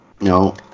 No